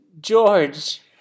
George